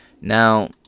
Now